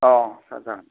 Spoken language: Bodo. अ सार जागोन